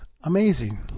Amazing